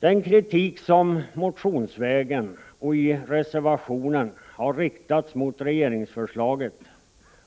Den kritik som motionsvägen och i reservationen har riktats mot regeringsförslaget